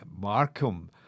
Markham